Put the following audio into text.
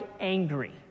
angry